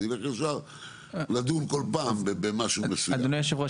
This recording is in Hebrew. ונלך ישר לדון כל פעם במשהו מסוים.